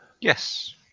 Yes